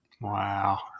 Wow